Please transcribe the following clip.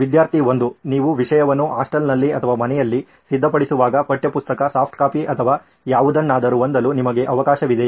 ವಿದ್ಯಾರ್ಥಿ 1 ನೀವು ವಿಷಯವನ್ನು ಹಾಸ್ಟೆಲ್ನಲ್ಲಿ ಅಥವಾ ಮನೆಯಲ್ಲಿ ಸಿದ್ಧಪಡಿಸುವಾಗ ಪಠ್ಯಪುಸ್ತಕ ಸಾಫ್ಟ್ ಕಾಪಿ ಅಥವಾ ಯಾವುದನ್ನಾದರೂ ಹೊಂದಲು ನಿಮಗೆ ಅವಕಾಶವಿದೆಯೇ